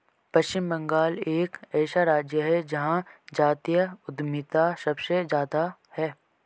पश्चिम बंगाल एक ऐसा राज्य है जहां जातीय उद्यमिता सबसे ज्यादा हैं